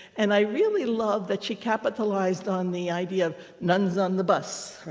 and i really love that she capitalized on the idea of nuns on the bus,